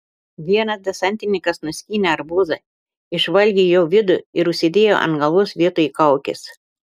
vienas desantininkas nuskynė arbūzą išvalgė jo vidų ir užsidėjo ant galvos vietoj kaukės